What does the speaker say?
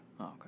Okay